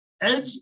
Edge